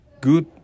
good